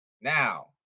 Now